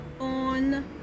on